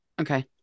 Okay